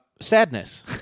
sadness